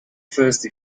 first